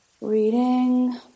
reading